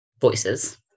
voices